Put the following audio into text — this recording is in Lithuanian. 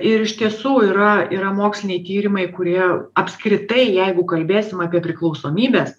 ir iš tiesų yra yra moksliniai tyrimai kurie apskritai jeigu kalbėsim apie priklausomybes